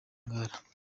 ngara